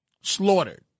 slaughtered